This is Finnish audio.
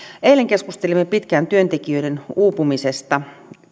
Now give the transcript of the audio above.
eilen keskustelimme pitkään työntekijöiden uupumisesta